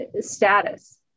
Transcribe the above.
status